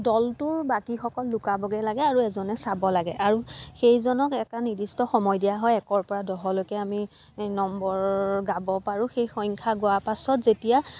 দলটোৰ বাকীসকল লুকাবগৈ লাগে আৰু এজনে চাব লাগে আৰু সেইজনক এটা নিৰ্দিষ্ট সময় দিয়া হয় একৰ পৰা দহলৈকে আমি নম্বৰ গাব পাৰোঁ সেই সংখ্যা গোৱাৰ পাছত যেতিয়া